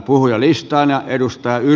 arvoisa herra puhemies